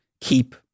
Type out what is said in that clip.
keep